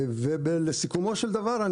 בסיכומו של דבר,